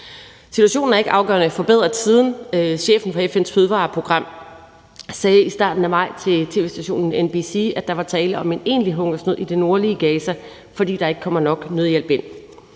Situationen er ikke afgørende forbedret siden. Chefen for FN's fødevareprogram sagde i starten af maj til tv-stationen NBC, at der var tale om en egentlig hungersnød i det nordlige Gaza, fordi der ikke kommer nok nødhjælp ind.